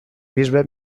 bisbe